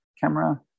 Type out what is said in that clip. camera